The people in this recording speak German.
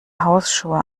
hausschuhe